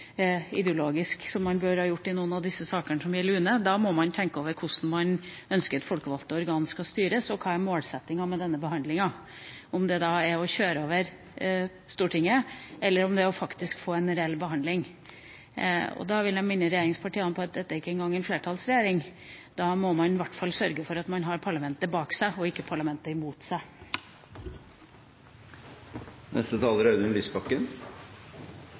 ideologisk, som man burde gjort i noen av disse sakene som gjelder UNE. Da må man også tenke over hvordan man ønsker at folkevalgte organer skal styres, og hva som er målsettinga med denne behandlinga – om det er å overkjøre Stortinget, eller om det faktisk er å få en reell behandling. Da vil jeg minne regjeringspartiene om at dette ikke engang er en flertallsregjering, og da må man i hvert fall sørge for at man har parlamentet bak seg, og ikke imot seg.